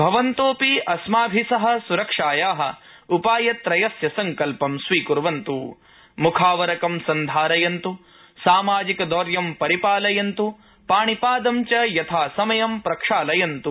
भवन्तोऽपि अस्माभि सह सुरक्षाया उपायत्रयस्य सङ्कल्पं स्वीकुर्वन्तु मुखावरकं सन्धारयन्तु सामाजिकदौर्यं परिपालयन्त पाणिपाद च यथासमयं प्रक्षालयन्तु